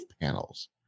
panels